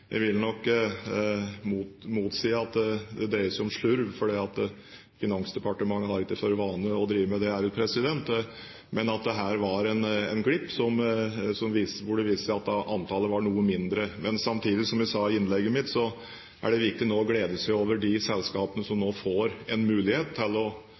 jeg vil nok motsi at det dreier seg om slurv, for Finansdepartementet har ikke for vane å drive med det. Men her var det en glipp, og det viser seg at antallet var noe mindre. Samtidig, som jeg sa i innlegget mitt, er det viktig nå å glede seg over de selskapene som får en mulighet til å